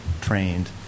trained